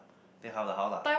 take half the house lah